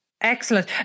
Excellent